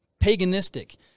paganistic